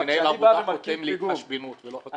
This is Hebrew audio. שמנהל עבודה חותם להתחשבנות ולא --- לא.